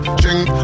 drink